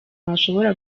nashobora